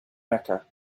mecca